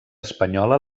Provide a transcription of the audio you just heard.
espanyola